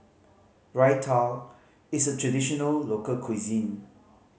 raita is a traditional local cuisine